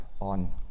on